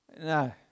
No